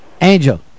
Angel